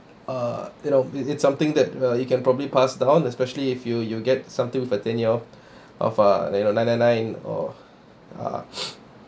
uh you know it's something that uh you can probably pass down especially if you you get something with a tenure of uh like you know nine nine nine or uh